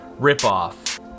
ripoff